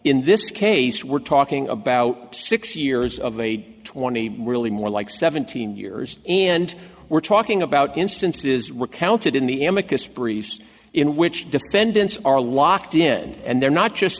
in this case we're talking about six years of age twenty really more like seventeen years and we're talking about instances recounted in the amica sprees in which defendants are locked in and they're not just